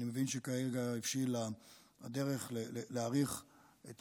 אני מבין שכרגע הבשילה הדרך להאריך את